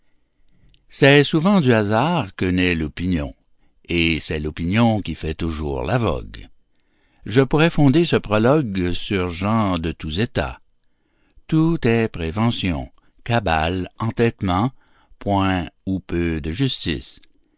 c'est souvent du hasard que naît l'opinion et c'est l'opinion qui fait toujours la vogue je pourrais fonder ce prologue sur gens de tous états tout est prévention cabale entêtement point ou peu de justice